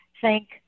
thank